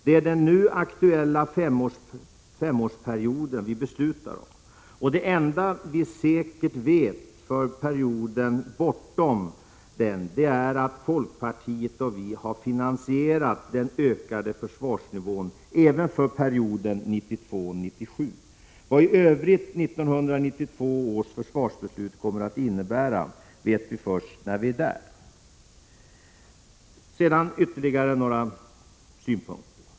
Det är den nu aktuella femårsperioden vi beslutar om, och det enda vi säkert vet när det gäller perioden bortom den är att folkpartiet och vi har finansierat den ökade försvarsnivån även för perioden 1992-1997. Vad 1992 års försvarsbeslut i övrigt kommer att innebära vet vi först när vi är där. Sedan ytterligare några synpunkter.